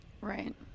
Right